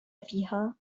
فيها